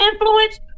influence